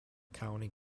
county